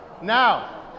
Now